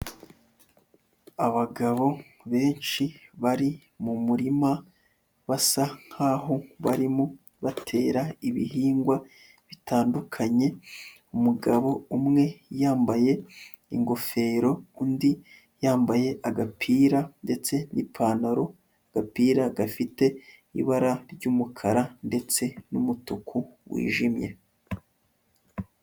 Abagabo benshi bari mu murima basa nk'aho barimo batera ibihingwa bitandukanye, umugabo umwe yambaye ingofero undi yambaye agapira ndetse n'ipantaro, agapira gafite ibara ry'umukara ndetse n'umutuku wijimye.